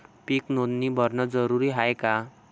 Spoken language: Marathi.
पीक नोंदनी भरनं जरूरी हाये का?